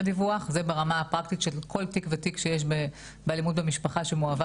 דיווח וברמה הפרקטית של תיק ותיק שיש באלימות במשפחה שמועבר